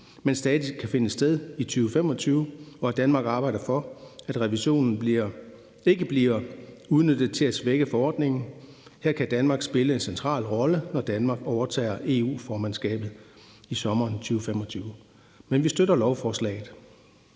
men stadig kan finde sted i 2025, og at Danmark arbejder for, at revisionen ikke bliver udnyttet til at svække forordningen. Her kan Danmark spille en central rolle, når Danmark overtager EU-formandskabet i sommeren 2025. Men vi støtter lovforslaget.